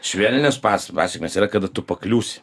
švelnios pas pasekmės yra kada tu pakliūsi